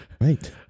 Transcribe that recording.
right